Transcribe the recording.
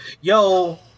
yo